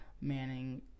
Manning